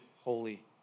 holy